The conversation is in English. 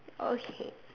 okay